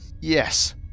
yes